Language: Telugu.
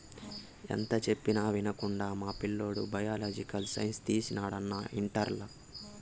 ఎంత చెప్పినా వినకుండా మా పిల్లోడు బయలాజికల్ సైన్స్ తీసినాడు అన్నా ఇంటర్లల